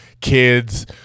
kids